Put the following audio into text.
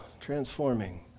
Transforming